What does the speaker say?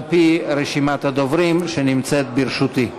על-פי רשימת הדוברים שנמצאת ברשותי.